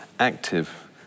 Active